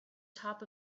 top